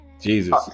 Jesus